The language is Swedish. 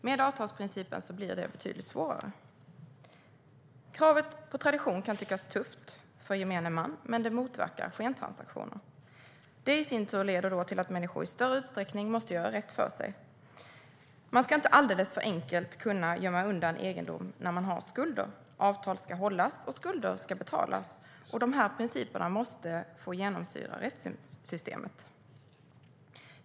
Med avtalsprincipen blir det betydligt svårare. Kravet på tradition kan tyckas tufft för gemene man, men det motverkar skentransaktioner. Det i sin tur leder till att människor i större utsträckning måste göra rätt för sig. Man ska inte alldeles för enkelt kunna gömma undan egendom när man har skulder. Avtal ska hållas, och skulder ska betalas. De principerna måste genomsyra rättssystemet.